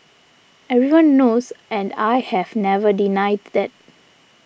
everyone knows and I have never denied that